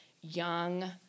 Young